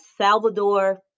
Salvador